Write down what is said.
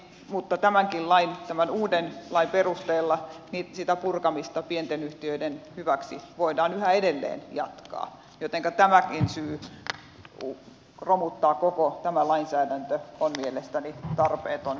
mutta tämän uudenkin lain perusteella sitä purkamista pienten yhtiöiden hyväksi voidaan yhä edelleen jatkaa jotenka tämäkin syy romuttaa koko tämä lainsäädäntö on mielestäni tarpeeton ja turha